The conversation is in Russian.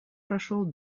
прошел